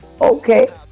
Okay